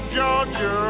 Georgia